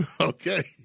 Okay